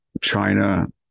China